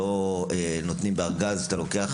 שלא יהיה כמו שנותנים בארגז כשאתה לוקח